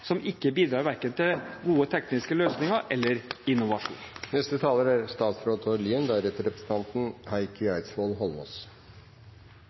som verken bidrar til gode tekniske løsninger eller innovasjon.